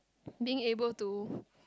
being able to